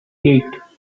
eight